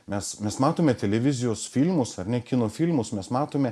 mes mes matome televizijos filmus ar ne kino filmus mes matome